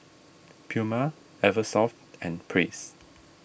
Puma Eversoft and Praise